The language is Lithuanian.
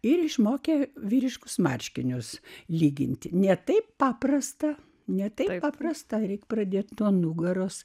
ir išmokė vyriškus marškinius lyginti ne taip paprasta ne taip paprasta reik pradėti nuo nugaros